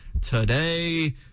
today